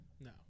No